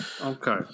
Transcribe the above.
Okay